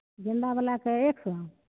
गेन्दा बलाके एक सए